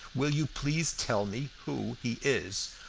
will you please tell me who he is?